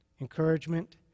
encouragement